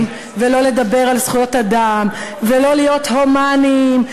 ולא לדבר על זכויות אדם ולא להיות הומניים.